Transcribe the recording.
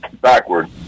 backward